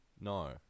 No